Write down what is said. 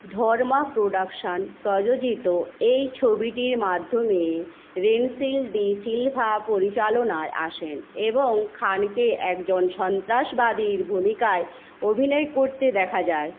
ধর্মা production প্রযোজিত এই ছবিটির মাধ্যমে রেনসিল ডি সিলভা পরিচালনার আসেন এবং খানকে একজন সন্ত্রাসবাদীর ভূমিকায় অভিনয় করতে দেখা যায়